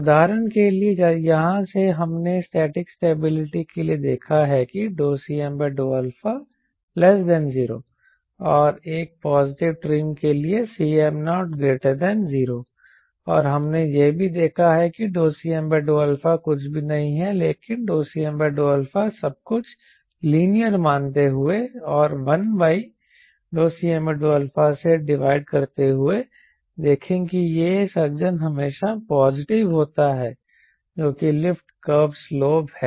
उदाहरण के लिए यहाँ से हमने स्टैटिक स्टेबिलिटी के लिए देखा है कि Cm∂α0 और एक पॉजिटिव ट्रिम के लिए Cm00 और हमने यह भी देखा है कि Cm∂α कुछ भी नहीं है लेकिन Cm∂α सब कुछ लीनियर मानते हुए और 1Cm∂α से डिवाइड करते हुए देखें कि यह सज्जन हमेशा पॉजिटिव होता है जो कि लिफ्ट कर्व स्लोप है